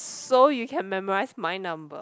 so you can memorise my number